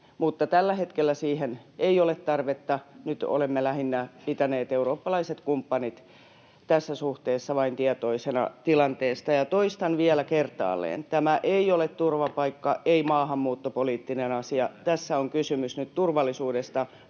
tällä hetkellä siihen ei ole tarvetta. Nyt olemme lähinnä pitäneet eurooppalaiset kumppanit tässä suhteessa vain tietoisina tilanteesta. Toistan vielä kertaalleen: Tämä ei ole turvapaikka‑, ei maahanmuuttopoliittinen asia. Tässä on kysymys nyt turvallisuudesta,